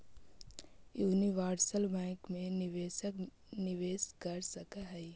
universal bank मैं निवेशक निवेश कर सकऽ हइ